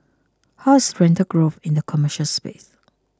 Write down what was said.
how is the rental growth in the commercial space